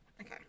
Okay